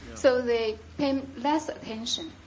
so they pay less attention.